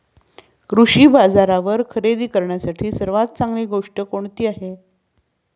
कृषी बाजारावर खरेदी करण्यासाठी सर्वात चांगली गोष्ट कोणती आहे?